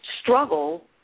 struggle